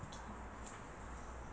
okay